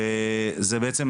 וזה בעצם,